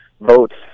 votes